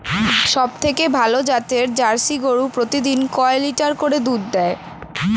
সবথেকে ভালো জাতের জার্সি গরু প্রতিদিন কয় লিটার করে দুধ দেয়?